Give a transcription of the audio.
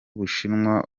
bushinwa